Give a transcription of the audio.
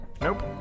Nope